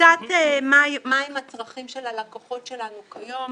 קצת מה הם הצרכים של הלקוחות שלנו כיום.